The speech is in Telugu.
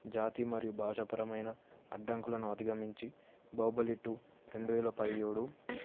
జాతి మరియు భాషాపరమైన అడ్డంకులను అధిగమించి బాహుబలి టూ రెండు వేల పదిహేడు